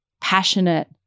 passionate